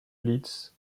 liszt